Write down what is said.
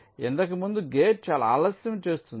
కాబట్టి అంతకుముందు గేట్ చాలా ఆలస్యం చేస్తుంది